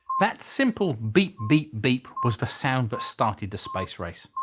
that simple beep-beep-beep was the sound that started the space race.